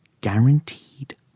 Guaranteed